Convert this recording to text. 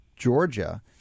Georgia